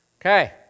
Okay